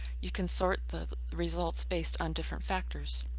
you can sort the results based on different factors.